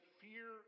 fear